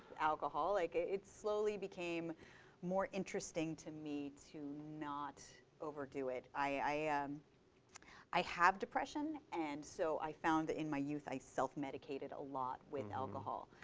alcoholic. it slowly became more interesting to me to not overdo it. i um i have depression and so i found that in my youth i self-medicated a lot with alcohol.